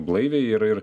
blaiviai ir ir